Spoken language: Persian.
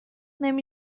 نمی